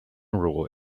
rule